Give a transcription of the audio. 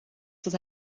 dat